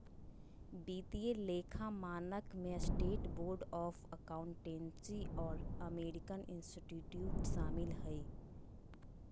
वित्तीय लेखा मानक में स्टेट बोर्ड ऑफ अकाउंटेंसी और अमेरिकन इंस्टीट्यूट शामिल हइ